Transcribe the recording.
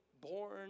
born